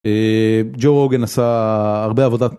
ג'ו רוגן עשה הרבה עבודת